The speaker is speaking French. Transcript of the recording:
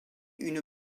une